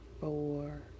four